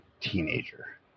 teenager